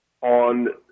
on